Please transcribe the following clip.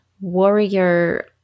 warrior